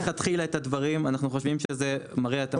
אנחנו חושבים שזה מרע את המצב הקיים.